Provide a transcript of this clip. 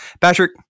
Patrick